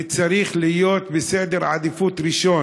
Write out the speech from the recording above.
וצריך להיות ראשון בסדר העדיפויות,